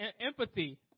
Empathy